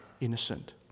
innocent